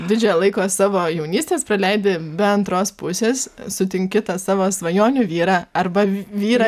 didžiąją laiko savo jaunystės praleidi be antros pusės sutinki tą savo svajonių vyrą arba vyrą